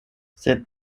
sed